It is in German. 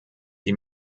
die